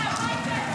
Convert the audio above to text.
יאללה הביתה.